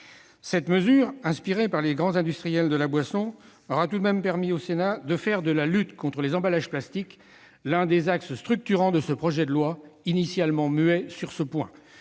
Cette mesure, inspirée par les grands industriels de la boisson, aura tout de même permis au Sénat de faire de la lutte contre les emballages en plastique l'un des axes structurants de ce projet de loi, initialement muet sur ce point.